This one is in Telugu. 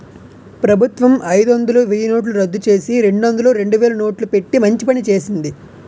ప్రభుత్వం అయిదొందలు, వెయ్యినోట్లు రద్దుచేసి, రెండొందలు, రెండువేలు నోట్లు పెట్టి మంచి పని చేసింది